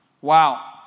Wow